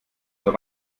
zur